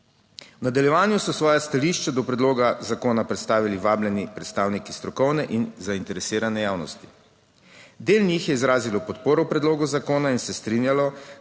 V nadaljevanju so svoja stališča do predloga zakona predstavili vabljeni predstavniki strokovne in zainteresirane javnosti. Del njih je izrazilo podporo predlogu zakona in se strinjalo,